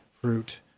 fruit